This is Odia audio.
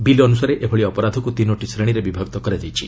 ବିଲ୍ ଅନୁସାରେ ଏଭଳି ଅପରାଧକୁ ତିନୋଟି ଶ୍ରେଣୀରେ ବିଭକ୍ତ କରାଯାଇଛି